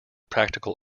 practical